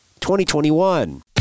2021